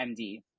MD